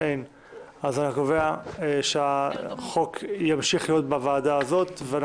להעברת הצעת חוק סמכויות מיוחדות להתמודדות